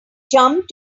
jump